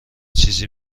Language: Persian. چیزی